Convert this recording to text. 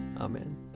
Amen